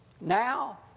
Now